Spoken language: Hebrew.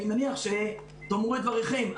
אני מניח שתאמרו את דבריכם.